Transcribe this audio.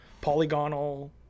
polygonal